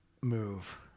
move